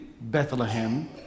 Bethlehem